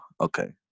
Okay